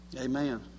Amen